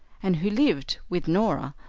and who lived, with norah,